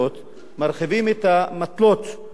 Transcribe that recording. מרחיבים את המטלות על הרשות,